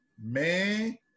man